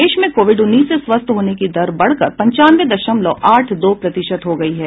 देश में कोविड उन्नीस से स्वस्थ होने की दर बढ़कर पंचानवे दशमलव आठ दो प्रतिशत हो गई है